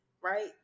right